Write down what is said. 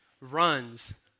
runs